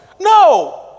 no